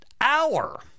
hour